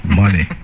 money